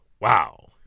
wow